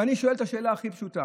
ואני שואל את השאלה הכי פשוטה: